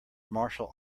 martial